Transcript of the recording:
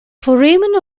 foramen